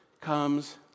comes